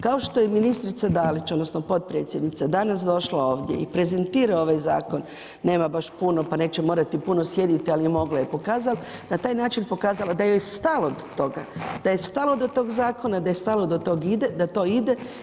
Kao što je i ministrica Dalić, odnosno potpredsjednica danas došla ovdje i prezentirao ovaj zakon, nema baš puno pa neće morati puno sjediti ali mogla je i … na taj način pokazala da joj je stalo do toga, da joj je stalo do toga zakona, da je stalo da to ide.